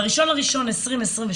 ב-1.1.2022,